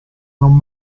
non